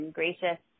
gracious